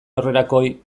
aurrerakoi